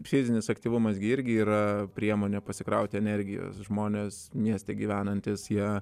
fizinis aktyvumas gi irgi yra priemonė pasikrauti energijos žmonės mieste gyvenantys jie